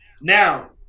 now